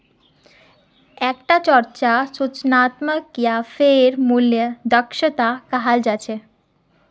एक टाक चर्चा सूचनात्मक या फेर मूल्य दक्षता कहाल जा छे